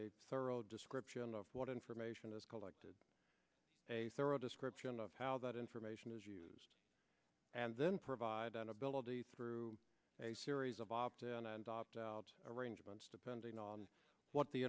a thorough description of what information is collected a thorough description of how that information is used and then provide that ability through a series of opt in and opt out arrangements depending on what the